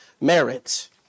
merit